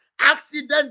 Accident